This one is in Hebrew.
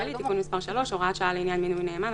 מס' 3) (הוראת שעה לעניין מינוי נאמן),